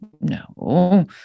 No